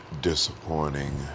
disappointing